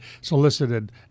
solicited